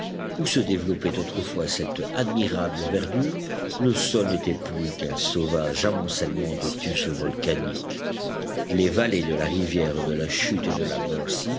où se développait autrefois cette admirable verdure le sol n'était plus qu'un sauvage amoncellement de tufs volcaniques les vallées de la rivière de la chute et de la mercy